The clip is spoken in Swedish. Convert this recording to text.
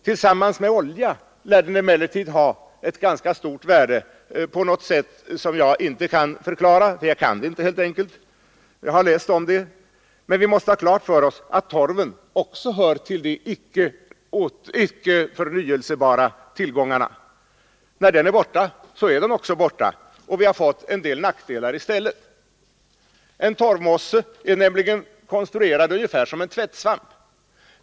Tillsammans med olja lär den emellertid ha ett ganska stort värde på något sätt som jag inte kan förklara — jag kan det helt enkelt inte även om jag har läst om det. Vi måste emellertid ha klart för oss att torven också hör till de icke förnybara tillgångar. När torven är borta är den borta, och vi har fått en del nackdelar i stället. En torvmosse är nämligen konstruerad ungefär som en tvättsvamp.